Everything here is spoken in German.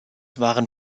waren